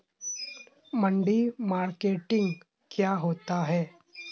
मंडी मार्केटिंग क्या होता है?